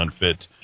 unfit